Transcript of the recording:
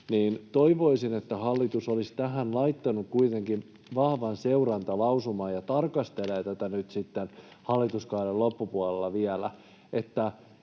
Toivoisin, että hallitus olisi tähän laittanut kuitenkin vahvan seurantalausuman ja tarkastelisi tätä nyt sitten hallituskauden loppupuolella vielä.